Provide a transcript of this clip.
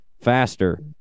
faster